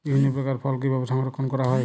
বিভিন্ন প্রকার ফল কিভাবে সংরক্ষণ করা হয়?